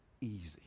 easy